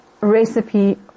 recipe